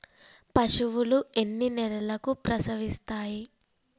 పశువులు ఎన్ని నెలలకు ప్రసవిస్తాయి?